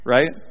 Right